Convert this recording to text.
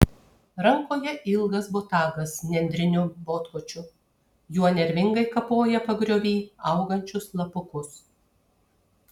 rankoje ilgas botagas nendriniu botkočiu juo nervingai kapoja pagriovy augančius lapukus